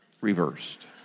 reversed